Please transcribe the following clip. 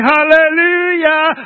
Hallelujah